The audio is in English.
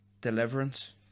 Deliverance